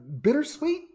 Bittersweet